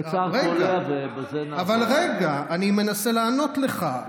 אני שר הבריאות ואני משיב לך על העמדה המוסמכת.